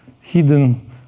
hidden